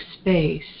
space